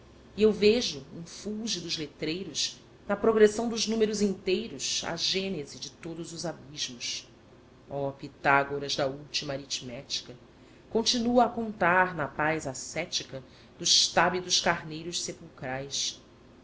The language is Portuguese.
eu vejo em fúlgidos letreiros na progressão dos números inteiros a gênese de todos os abismos oh pitágoras da última aritmética continua a contar na paz ascética dos tábidos carneiros sepulcrais